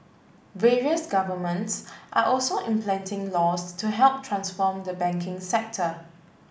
various governments are also implementing laws to help transform the banking sector